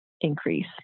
increase